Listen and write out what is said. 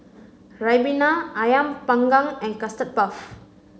Ribena Ayam panggang and Custard Puff